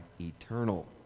eternal